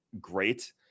great